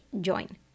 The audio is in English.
join